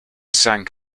sank